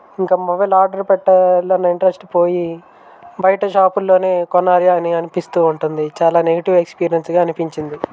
ఇంకా mobile order పెట్టాలన్న interest పోయి బయట షాపుల్లోనే కొనాలి అని అనిపిస్తూ ఉంటుంది చాలా నెగటివ్ యక్స్పిరియన్స్గా అనిపించింది